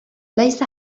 ليس